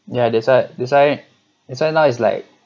ya that's what that's why that's why now is like